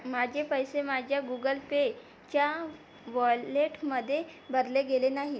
माझे पैसे माझ्या गुगल पेच्या वॉलेटमध्ये भरले गेले नाहीत